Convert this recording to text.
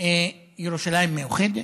ירושלים המאוחדת,